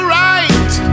right